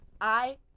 I-